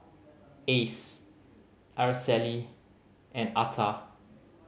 Ace Araceli and Atha